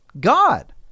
God